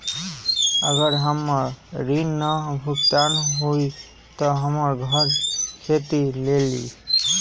अगर हमर ऋण न भुगतान हुई त हमर घर खेती लेली?